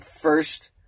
first